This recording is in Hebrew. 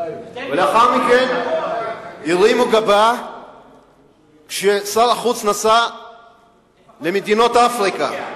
לאחר מכן הרימו גבה כששר החוץ נסע למדינות אפריקה,